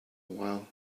while